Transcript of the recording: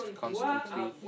constantly